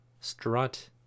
Strut